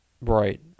Right